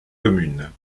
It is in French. communes